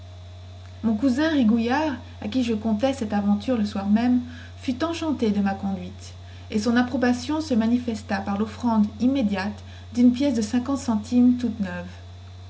mon cousin rigouillard à qui je contai cette aventure le soir même fut enchanté de ma conduite et son approbation se manifesta par loffrande immédiate dune pièce de cinquante centimes toute neuve